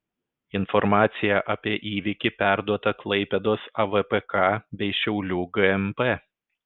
informacija apie įvykį perduota klaipėdos avpk bei šiaulių gmp